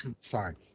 sorry